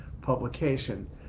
publication